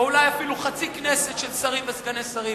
או אולי אפילו חצי כנסת של שרים ושל סגני שרים.